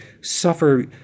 suffer